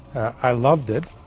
i loved it.